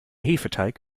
hefeteig